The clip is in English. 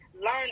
learn